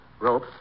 rope